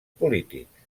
polítics